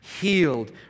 healed